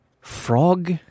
Frog